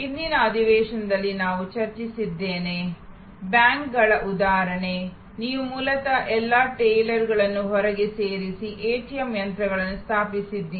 ಹಿಂದಿನ ಅಧಿವೇಶನದಲ್ಲಿ ನಾನು ಚರ್ಚಿಸಿದ್ದೇನೆ ಬ್ಯಾಂಕುಗಳ ಉದಾಹರಣೆ ನೀವು ಮೂಲತಃ ಎಲ್ಲಾ ಟೈಲರ್ಗಳನ್ನು ಹೊರಗೆ ಸರಿಸಿ ಎಟಿಎಂ ಯಂತ್ರಗಳನ್ನು ಸ್ಥಾಪಿಸಿದ್ದೀರಿ